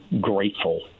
grateful